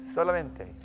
Solamente